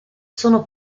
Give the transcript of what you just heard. sono